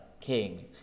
king